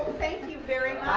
thank you very